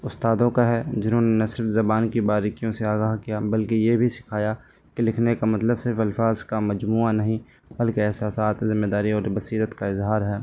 استادوں کا ہے جنہوں نے نہ صرف زبان کی باریکیوں سے آگاہ کیا بلکہ یہ بھی سکھایا کہ لکھنے کا مطلب صرف الفاظ کا مجموعہ نہیں بلکہ احساسات ذمہ داری اور بصیرت کا اظہار ہے